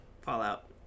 fallout